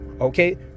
okay